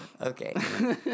Okay